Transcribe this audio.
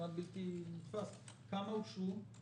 כמעט בלתי נתפס כמה הוגשו?